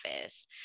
office